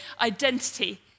identity